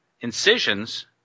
incisions